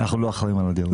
אנחנו לא אחראים על זה.